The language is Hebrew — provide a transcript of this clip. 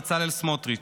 בצלאל סמוטריץ,